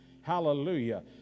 Hallelujah